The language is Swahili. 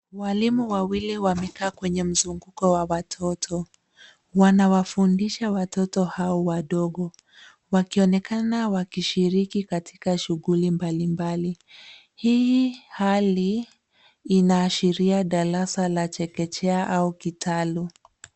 Walimu wawili wamekaa kwenye mzunguko wa watoto. Wanawafundisha watoto hawa wadogo wakionekana wakishiriki katika shughuli mbalimbali. Hii hali inaashiria darasa la chekechea au kitalu.